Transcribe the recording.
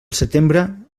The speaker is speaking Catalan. setembre